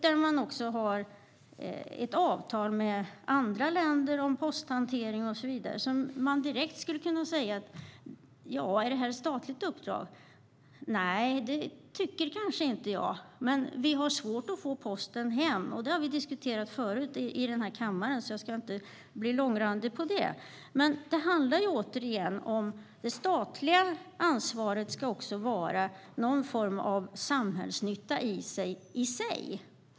Det finns ett avtal med andra länder om posthantering och så vidare där man direkt kan ifrågasätta om det är ett statligt uppdrag. Jag tycker kanske inte att det är det, men vi har svårt att få posten hem. Men vi har diskuterat detta förut här i kammaren, så jag ska inte bli långrandig om det. Återigen, det handlar om att det statliga ansvaret ska ha någon form av samhällsnytta i sig.